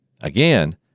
Again